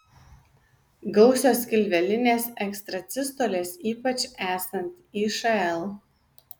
gausios skilvelinės ekstrasistolės ypač esant išl